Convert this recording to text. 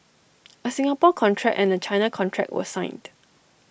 A Singapore contract and A China contract were signed